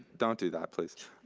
don't do that please.